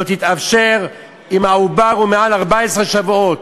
לא תתאפשר אם העובר הוא מעל 14 שבועות.